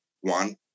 one